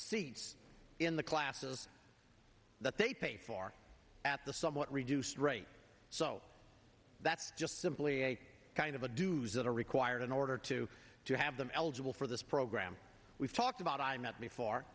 seats in the classes that they pay for at the somewhat reduced rate so that's just simply a kind of a do that are required in order to to have them eligible for this program we've talked about i met before